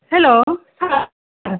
हेल' सार